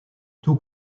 tout